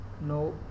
No